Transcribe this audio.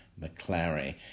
McClary